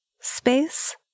space